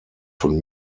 von